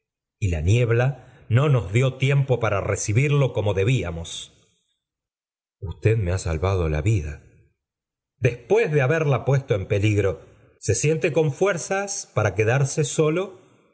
y la niebla no nos dió tiempo para recibirlo como debíamos usted me ha salvado la vida después de haberla puesto en peligro se siente con fuerzas para quedarse solo